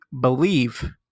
believe